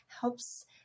helps